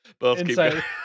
Inside